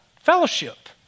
Fellowship